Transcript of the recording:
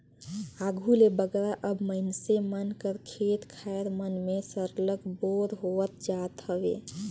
आघु ले बगरा अब मइनसे मन कर खेत खाएर मन में सरलग बोर होवत जात हवे